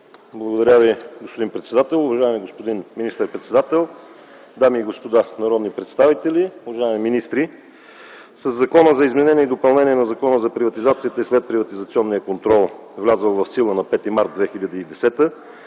Благодаря Ви, господин председател. Уважаеми господин министър-председател, дами и господа народни представители, уважаеми министри! Със Закона за изменение и допълнение на Закона за приватизацията и следприватизационния контрол, влязъл в сила на 5 март 2010 г.,